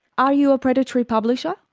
are you a predatory publisher?